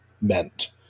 meant